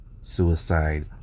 suicide